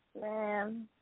Man